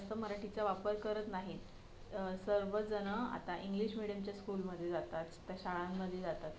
जास्त मराठीचा वापर करत नाहीत सर्व जणं आता इंग्लिश मीडियमच्या स्कूलमध्ये जातात त्या शाळांमध्ये जातात